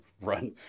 Run